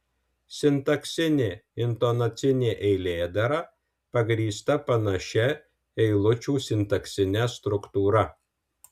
sintaksinė intonacinė eilėdara pagrįsta panašia eilučių sintaksine struktūra